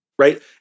Right